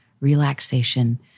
relaxation